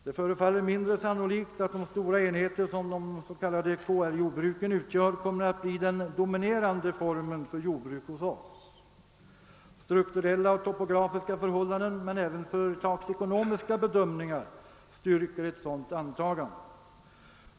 Det förefaller mindre sannolikt att de stora enheter som de s.k. KR-jordbruken utgör kommer att bli den dominerande formen för jordbruk hos oss. Strukturella och topografiska förhållanden men även företagsekonomiska bedömningar styrker ett sådant antagande.